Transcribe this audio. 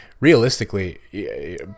Realistically